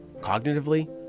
cognitively